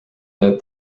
that